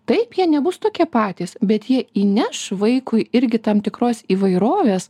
taip jie nebus tokie patys bet jie įneš vaikui irgi tam tikros įvairovės